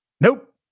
Nope